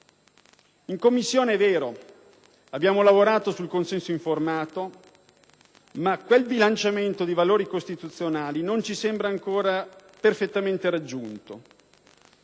in Commissione abbiamo lavorato sul consenso informato, ma quel bilanciamento di valori costituzionali non ci sembra ancora perfettamente raggiunto.